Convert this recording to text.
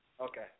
Okay